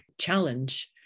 challenge